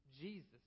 Jesus